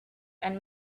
and